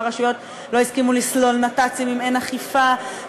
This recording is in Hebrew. והרשויות לא הסכימו לסלול נת"צים אם אין אכיפה,